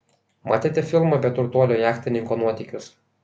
matėte filmą apie turtuolio jachtininko nuotykius